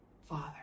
Father